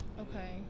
Okay